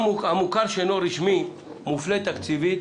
המוכר שאינו רשמי מופלה תקציבית